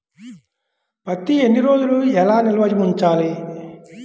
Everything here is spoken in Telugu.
పత్తి ఎన్ని రోజులు ఎలా నిల్వ ఉంచాలి?